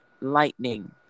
lightning